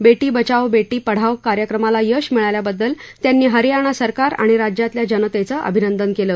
बेटी बचाव बेटी पढाव कार्यक्रमाला यश मिळाल्याबद्दल त्यांनी हरियाणा सरकार आणि राज्यातल्या जनेचं अभिनंदन केलं